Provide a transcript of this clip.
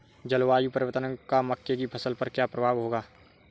जलवायु परिवर्तन का मक्के की फसल पर क्या प्रभाव होगा?